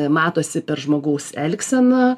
matosi per žmogaus elgseną